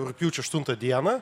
rugpjūčio aštuntą dieną